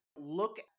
look